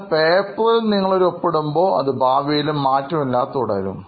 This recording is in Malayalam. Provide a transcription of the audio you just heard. എന്നാൽ പേപ്പറിൽ നിങ്ങളൊരു ഒപ്പിടുമ്പോൾ അത് ഭാവിയിലും മാറ്റമില്ലാതെ തുടരും